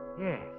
Yes